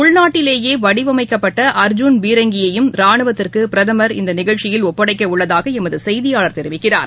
உள்நாட்டிலேயே வடிவமைக்கப்பட்ட அர்ஜூன் பீரங்கியையும் ராணுவத்துக்கு பிரதம் இந்த நிகழ்ச்சியில் ஒப்படைக்கவுள்ளதாக எமது செய்தியாளர் தெரிவிக்கிறார்